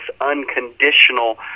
unconditional